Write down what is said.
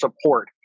support